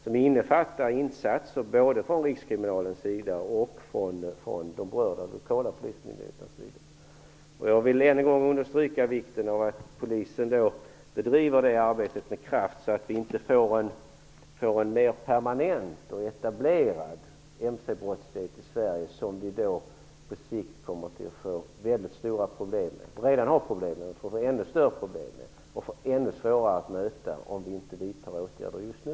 De innefattar insatser både från Rikskriminalens sida och från de berörda lokala polismyndigheternas sida. Jag vill än en gång understryka vikten av att polisen bedriver det arbetet med kraft så att vi inte får en mer permanent och etablerad MC-brottslighet i Sverige som vi på sikt kommer att få mycket stora problem med. Vi har redan problem med detta, men vi kan få ännu svårare att möta detta om vi inte vidtar åtgärder just nu.